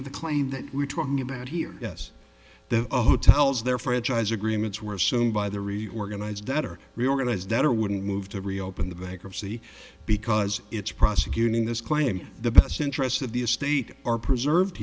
of the claim that we're talking about here yes the hotels their franchise agreements were assumed by the re organized that are reorganized that are wouldn't move to reopen the bankruptcy because it's prosecuting this claim the best interests of the estate are preserved